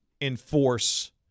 enforce